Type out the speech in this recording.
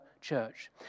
church